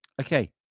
okay